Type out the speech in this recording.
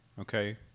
Okay